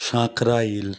Sankrail